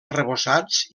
arrebossats